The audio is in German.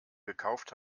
gekauft